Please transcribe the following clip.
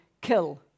kill